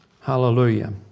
Hallelujah